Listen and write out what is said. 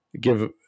give